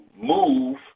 move